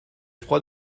froid